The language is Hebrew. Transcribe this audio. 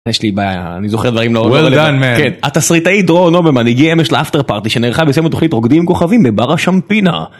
יש לי בעיה אני זוכר דברים לא עובדים התסריטאית רונו במנהיגי אמש לאפטר פארטי שנערכה בסיום התוכנית רוקדים עם כוכבים בבר השמפינה.